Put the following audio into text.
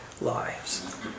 lives